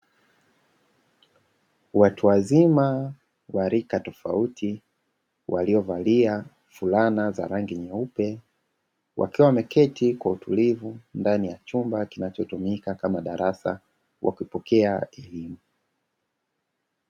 Watu wazima wa rika tofauti waliovalia fulana za rangi nyeupe, wakiwa wameketi kwa utulivu ndani ya chumba kinachotumika kama darasa wakipokea elimu.